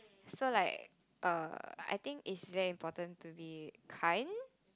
so like err I think is very important to be kind